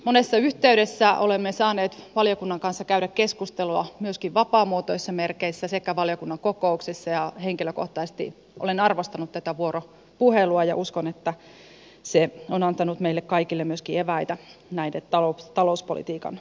monessa yhteydessä olemme saaneet valiokunnan kanssa käydä keskustelua myöskin vapaamuotoisissa merkeissä sekä valiokunnan kokouksissa ja henkilökohtaisesti olen arvostanut tätä vuoropuhelua ja uskon että se on antanut meille kaikille myöskin eväitä näihin talouspolitiikan linjauksiin